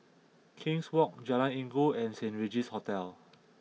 King's Walk Jalan Inggu and Saint Regis Hotel